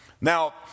Now